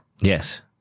Yes